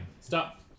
stop